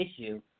issue